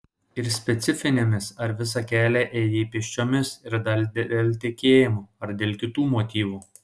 ir specifinėmis ar visą kelią ėjai pėsčiomis ir ar dėl tikėjimo ar dėl kitų motyvų